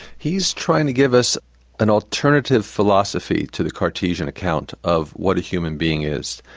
he's trying to give us an alternative philosophy to the cartesian account of what a human being is.